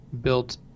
built